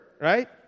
right